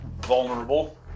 vulnerable